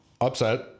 upset